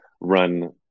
run